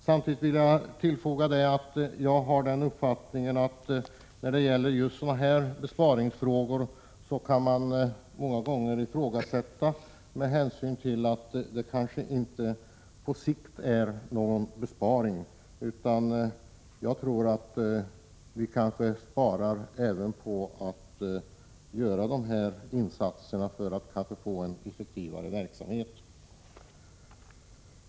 Samtidigt vill jag tillfoga att jag har den uppfattningen att man många gånger kan ifrågasätta sådana här besparingar. På sikt kanske det inte är någon besparing. Jag tror att vi sparar även på att göra de här insatserna, så att vi får en effektivare verksamhet.